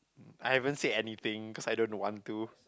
I haven't said anything cause I don't want to